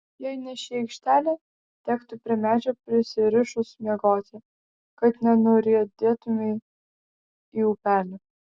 jei ne ši aikštelė tektų prie medžio prisirišus miegoti kad nenuriedėtumei į upelį